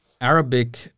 Arabic